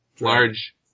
large